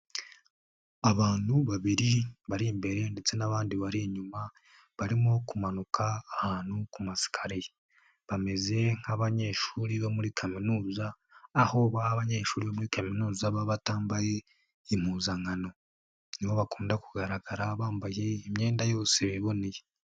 Abantu babiri bari imbere ndetse n'abandi bari inyuma, barimo kumanuka ahantu ku masikariye, bameze nk'abanyeshuri bo muri kaminuza, aho abanyeshuri bo muri kaminuza baba batambaye impuzankano, nibo bakunda kugaragara bambaye imyenda yose biboneye.